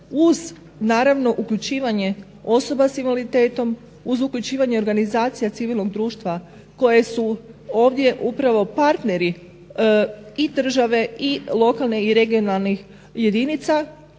uz naravno uključivanje osoba s invaliditetom, uz uključivanje organizacija civilnog društva koje su ovdje upravo partneri i države i lokalne i regionalnih jedinica